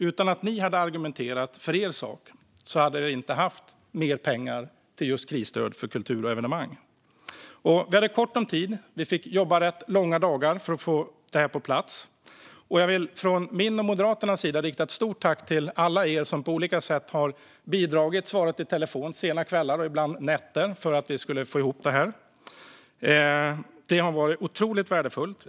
Utan att ni hade argumenterat för er sak hade vi inte haft mer pengar till krisstöd för kultur och evenemang. Vi hade kort om tid. Vi fick jobba rätt långa dagar för att få det på plats. Jag vill från min och Moderaternas sida rikta ett stort tack till alla er som på olika sätt har bidragit, svarat i telefon sena kvällar och ibland nätter, för att vi skulle få ihop det här. Det har varit otroligt värdefullt.